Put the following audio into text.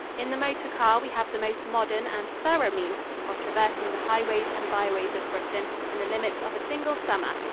in the motor car, we have the most modern and thorough means of traversing the highways and byways of britain in the limits of a single summer,